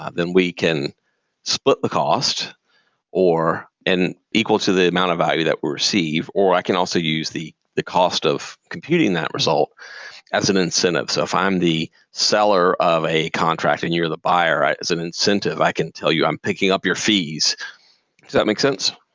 then we can split the cost or and equal to the amount of value that we receive, or i can also use the the cost of computing that result as an incentive. so if i'm the seller of a contract and you're the buyer, right? as an incentive, i can tell you, i'm picking up your fees. does that make sense?